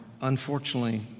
unfortunately